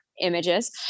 images